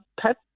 pet